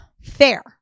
Fair